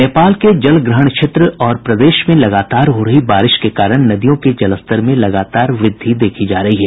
नेपाल के जलग्रहण क्षेत्र और प्रदेश में लगातार हो रही बारिश के कारण नदियों के जलस्तर में लगातार वृद्धि देखी जा रही है